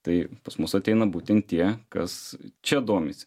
tai pas mus ateina būtent tie kas čia domisi